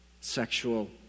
sexual